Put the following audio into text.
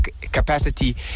capacity